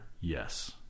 Yes